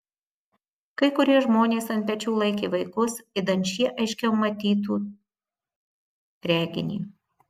kai kurie žmonės ant pečių laikė vaikus idant šie aiškiau matytų reginį